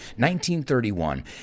1931